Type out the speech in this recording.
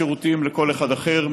שירותים גם לכל אחד אחר,